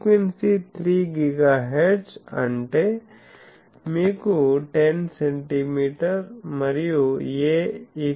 frequency 3 GHz అంటే మీకు 10 సెం